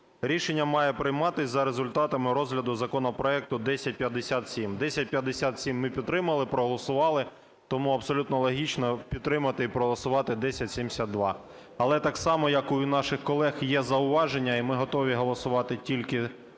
"Рішення має прийматись за результатами розгляду законопроекту 1057". 1057 ми підтримали, проголосували. Тому абсолютно логічно підтримати і проголосувати 1072. Але так само, як і у наших колег, є зауваження, і ми готові голосувати тільки